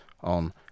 on